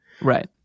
Right